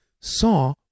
saw